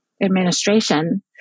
administration